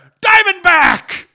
Diamondback